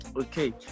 Okay